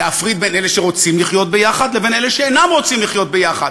להפריד בין אלה שרוצים לחיות יחד לבין אלה שאינם רוצים לחיות יחד.